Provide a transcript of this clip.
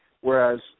whereas